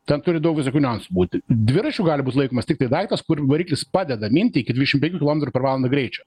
ten turi daug visokių niuansų būti dviračiu gali būt laikomas tiktai daiktas kur variklis padeda minti iki dvidešim kilometrų per valandą greičio